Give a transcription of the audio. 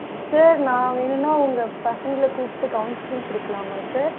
sir நான் வேணும்னா உங்கள் பசங்களை கூப்பிட்டு கவுன்ஸ்லிங் கொடுக்கலாமா சார்